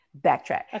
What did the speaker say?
backtrack